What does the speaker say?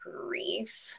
grief